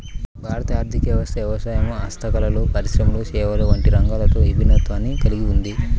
భారత ఆర్ధిక వ్యవస్థ వ్యవసాయం, హస్తకళలు, పరిశ్రమలు, సేవలు వంటి రంగాలతో విభిన్నతను కల్గి ఉంది